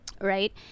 right